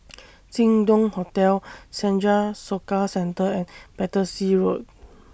Jin Dong Hotel Senja Soka Centre and Battersea Road